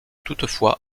toutefois